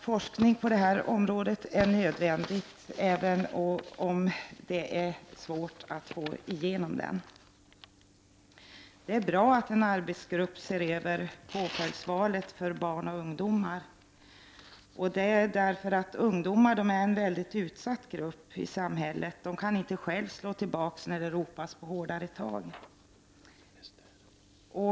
Forskning på detta område är således nödvändig, även om det är svårt att få igenom den. Det är bra att en arbetsgrupp ser över valet av påföljd för barn och ungdomar. Ungdomar är en mycket utsatt grupp i samhället. De kan inte själva slå tillbaka när det ropas på hårdare tag.